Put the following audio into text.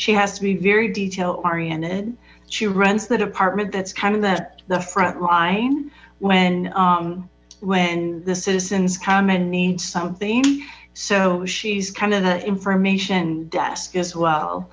she has to be very detail oriented she runs the department that's kind of the front line when when the citizens common needs something so she's kind of the information desk as